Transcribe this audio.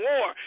War